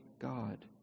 God